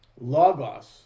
Logos